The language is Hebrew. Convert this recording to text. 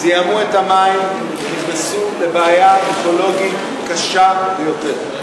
זיהמו את המים ונכנסו לבעיה אקולוגית קשה ביותר.